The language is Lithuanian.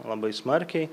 labai smarkiai